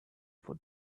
for